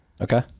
Okay